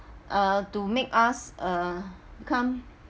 uh to make us uh come